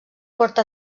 porta